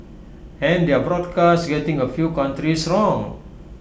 and their broadcast getting A few countries wrong